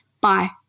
Bye